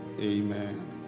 amen